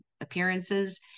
appearances